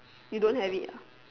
you don't have it ah